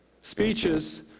speeches